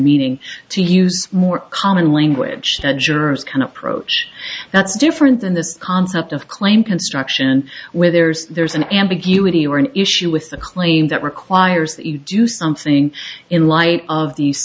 meaning to use more common language that jurors can approach that's different than this concept of claim construction where there's there's an ambiguity or an issue with the claim that requires that you do something in light of the